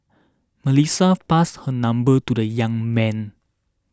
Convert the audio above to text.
Melissa passed her number to the young man